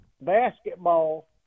basketball